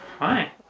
Hi